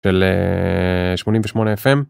בל.. שמונים ושמונה FM